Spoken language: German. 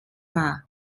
war